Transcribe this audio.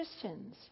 Christians